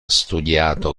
studiato